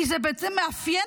כי זה בעצם מאפיין,